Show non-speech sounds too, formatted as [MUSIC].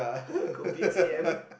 [LAUGHS] kopitiam